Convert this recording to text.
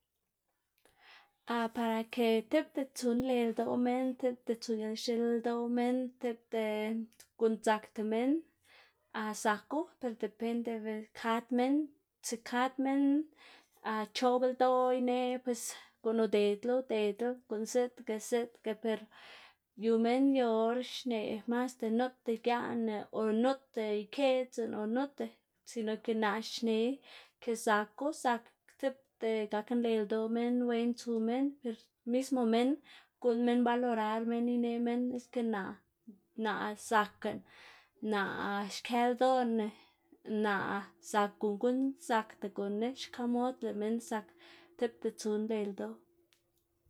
para ke tipta tsu nle ldoꞌ minn, tipta tsu gilx̱il ldoꞌ minn, tipta guꞌn dzakda minn zaku per depende kad minn, si kad minn choꞌb ldoꞌ ineꞌ pues guꞌn udedla udedla, guꞌn ziꞌdga ziꞌdga, ber yu minn yu or xneꞌ, masda nuta giaꞌnná o nuta ikeꞌdzná o nuta. Sino ke naꞌ xne ke zaku zak tipta gak nle ldoꞌ minn wen tsu minn ver mismo minn guꞌnn minn valorar minn ineꞌ minn ske naꞌ, naꞌ zakná, naꞌ xkë ldoꞌnánaꞌ, naꞌ zak gunn guꞌn zakda gunn- ná, xka mod lëꞌ minn zak tipta tsu nle ldoꞌ.